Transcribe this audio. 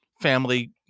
family